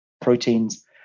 proteins